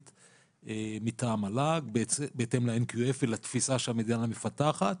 מטעם מל"ג בהתאם לתפיסה שהמדינה מפתחת.